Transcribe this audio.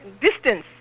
distance